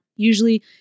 usually